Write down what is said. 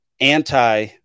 anti